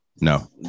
No